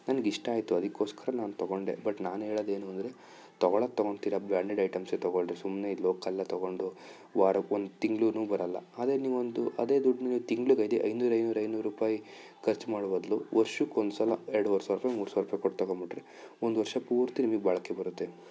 ನನಗೆ ಇಷ್ಟ ಆಯಿತು ಅದಕ್ಕೋಸ್ಕರ ನಾನು ತಗೊಂಡೆ ಬಟ್ ನಾನು ಹೇಳದು ಏನು ಅಂದರೆ ತೊಗೊಳದು ತಗೊಂತಿರಾ ಬ್ರಾಂಡೆಡ್ ಐಟಮ್ಸೆ ತಗೊಳ್ರಿ ಸುಮ್ಮನೆ ಈ ಲೋಕಲನ್ನ ತಗೊಂಡು ವಾರಕ್ಕೆ ಒಂದು ತಿಂಗ್ಳು ಬರೋಲ್ಲ ಅದೆ ನೀವೊಂದು ಅದೆ ದುಡ್ಡು ತಿಂಗ್ಳುಗೆ ಐದು ಐನೂರು ಐನೂರು ಐನೂರು ರುಪಾಯಿ ಖರ್ಚು ಮಾಡೋ ಬದಲು ವರ್ಷಕ್ ಒಂದ್ಸಲ ಎರಡುವರೆ ಸಾವಿರ ರುಪಾಯಿ ಮೂರು ಸಾವಿರ ರುಪಾಯಿ ಕೊಟ್ಟು ತಗೊಂಡ್ಬಿಟ್ರೆ ಒಂದು ವರ್ಷ ಪೂರ್ತಿ ನಿಮ್ಗೆ ಬಾಳಿಕೆ ಬರುತ್ತೆ